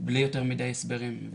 בלי יותר מדי הסברים,